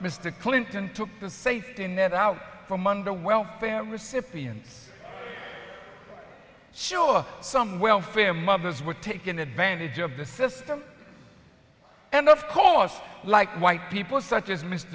mr clinton took the safety net out from under welfare recipients sure some welfare mothers were taking advantage of the system and of course like white people such as